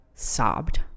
sobbed